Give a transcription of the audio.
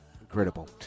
Incredible